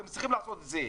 אתם צריכים לעשות את זה.